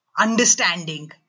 understanding